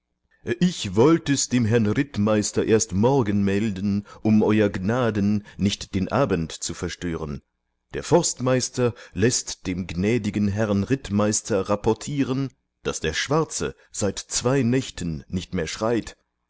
ich wollt es dem herrn rittmeister erst morgen melden um euer gnaden nicht den abend zu verstören der forstmeister läßt dem gnädigen herrn rittmeister rapportieren daß der schwarze seit zwei nächten nicht mehr schreit